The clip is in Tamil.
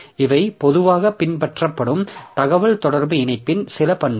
இவை பொதுவாக பின்பற்றப்படும் தகவல் தொடர்பு இணைப்பின் சில பண்புகள்